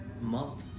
month